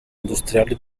industriale